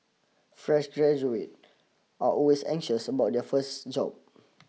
fresh graduate are always anxious about their first job